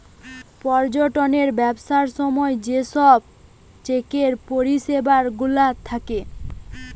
পর্যটনের ব্যবসার সময় যে সব চেকের পরিষেবা গুলা থাকে